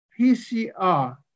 PCR